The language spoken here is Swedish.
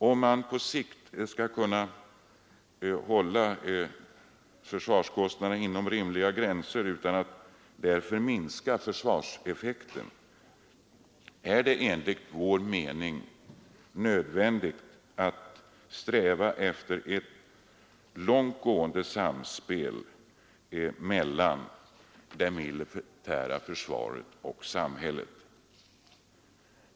Om man på sikt skall kunna hålla försvarskostnaderna inom rimliga gränser utan att därför minska försvarseffekten är det enligt vår mening nödvändigt att sträva efter långt gående samspel mellan det militära försvaret och det civila samhället.